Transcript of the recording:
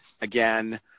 again